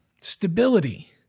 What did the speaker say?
Stability